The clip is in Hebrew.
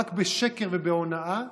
רק בשקר ובהונאה,